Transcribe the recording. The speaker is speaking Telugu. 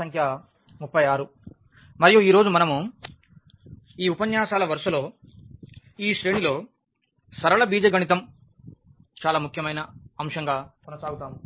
సంఖ్య 36 మరియు మనం ఈ ఉపన్యాసాల వరుసలో ఈ శ్రేణిలో సరళ బీజగణితం చాలా ముఖ్యమైన అంశంగా చర్చిస్తాము